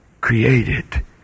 created